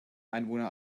einwohner